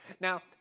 Now